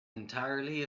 entirely